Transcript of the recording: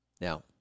Now